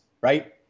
right